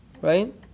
Right